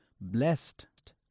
blessed